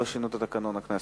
לא שינו את תקנון הכנסת.